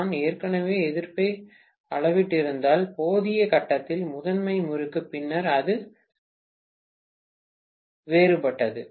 நான் ஏற்கனவே எதிர்ப்பை அளவிட்டிருந்தால் போதிய கட்டத்தில் முதன்மை முறுக்கு பின்னர் அது வேறுபட்டது